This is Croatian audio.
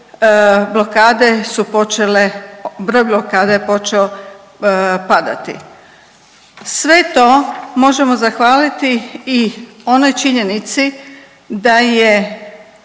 broj blokada je počeo padati. Sve to možemo zahvaliti i onoj činjenici da je